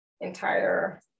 entire